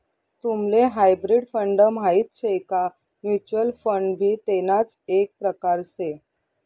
तुम्हले hybrid fund माहित शे का? म्युच्युअल फंड भी तेणाच एक प्रकार से